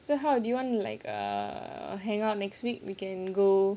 so how do you want to like err hang out next week we can go